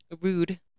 rude